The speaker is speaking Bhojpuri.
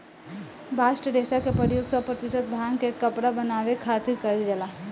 बास्ट रेशा के प्रयोग सौ प्रतिशत भांग के कपड़ा बनावे खातिर कईल जाला